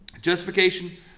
justification